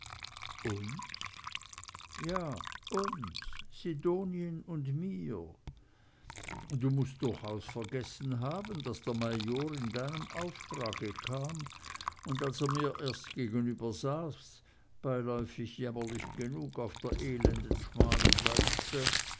uns ja uns sidonien und mir du mußt durchaus vergessen haben daß der major in deinem auftrag kam und als er mir erst gegenübersaß beiläufig jämmerlich genug auf der elenden schmalen leiste